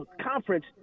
conference